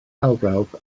arbrawf